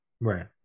Right